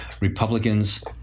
Republicans